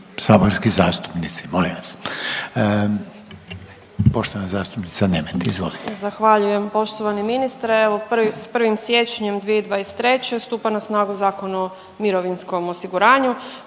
Zahvaljujem. Poštovani ministre, evo s 1. siječnjem 2023. stupa na snagu Zakon o mirovinskom osiguranju